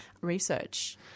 research